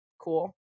cool